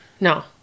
no